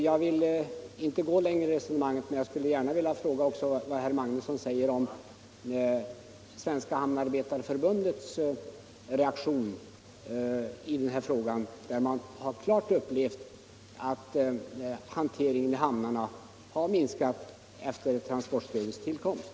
Jag vill inte gå längre i resonemanget, men jag skulle vilja veta vad herr Magnusson säger om Svenska hamnarbetarförbundets reaktion i den här frågan. Där har man klart upplevt att hanteringen i hamnarna minskat efter transportstödets införande.